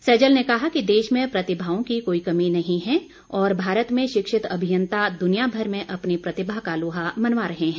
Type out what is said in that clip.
सैजल ने कहा कि देश में प्रतिभाओं की कोई कमी नहीं है और भारत में शिक्षित अभियंता दुनिया भर में अपनी प्रतिभा का लोहा मनवा रहे हैं